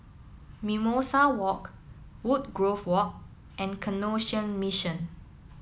Mimosa Walk Woodgrove Walk and Canossian Mission